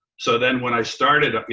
so then when i started,